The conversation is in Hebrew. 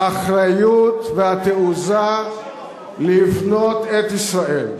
האחריות והתעוזה לבנות את ישראל,